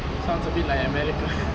sounds a bit like america